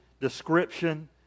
description